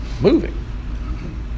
moving